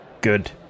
Good